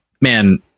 man